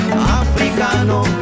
africano